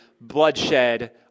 bloodshed